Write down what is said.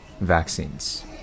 vaccines